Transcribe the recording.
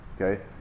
okay